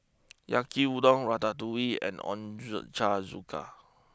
Yaki Udon Ratatouille and Ochazuke